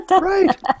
right